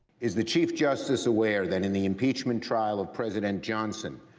is the chief justice aware that in the impeachment trial of president johnson,